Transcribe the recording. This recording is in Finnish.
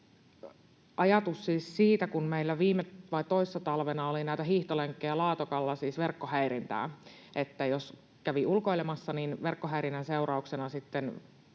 ulkoraja. Kun meillä viime vai toissa talvena oli näitä hiihtolenkkejä Laatokalla, siis verkkohäirintää — että jos kävi ulkoilemassa, niin verkkohäirinnän seurauksena sitten